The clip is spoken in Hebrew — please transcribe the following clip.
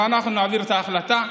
ואנחנו נעביר את ההחלטה.